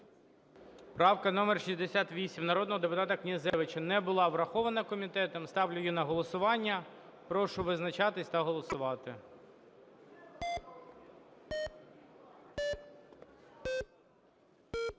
Правка номер 68 народного депутата Князевича не була врахована комітетом. Ставлю її на голосування. Прошу визначатись та голосувати.